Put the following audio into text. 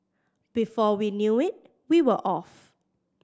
before we knew it we were off